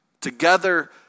Together